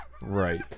Right